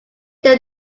them